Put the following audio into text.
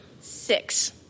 Six